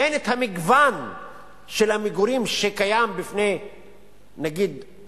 אין המגוון של המגורים שקיים, נגיד,